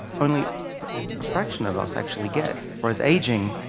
only a fraction of us actually get whereas aging,